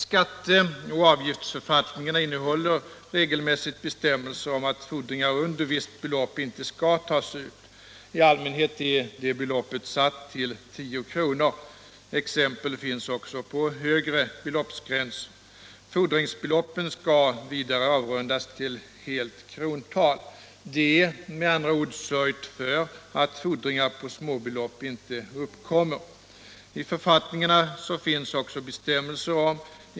Skatte och avgiftsförfattningarna innehåller regelmässigt bestämmelser om att fordringar under visst belopp inte skall tas ut. I allmänhet är detta belopp satt till 10 kr. Exempel finns också på högre beloppsgränser. Fordringsbeloppen skall vidare avrundas till helt krontal. Det är med andra ord sörjt för att fordringar på småbelopp inte uppkommer.